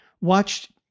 watched